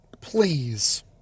please